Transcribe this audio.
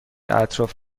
اطراف